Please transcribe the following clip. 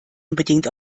unbedingt